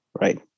Right